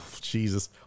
Jesus